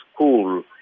school